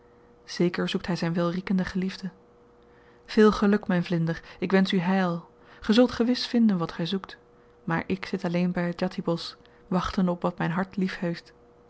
zeker zoekt hy zyn welriekende geliefde veel geluk myn vlinder ik wensch u heil ge zult gewis vinden wat gy zoekt maar ik zit alleen by het djati bosch wachtende op wat myn hart